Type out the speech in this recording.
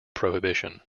prohibition